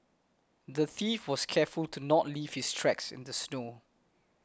the thief was careful to not leave his tracks in the snow